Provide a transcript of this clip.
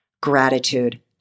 Gratitude